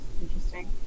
interesting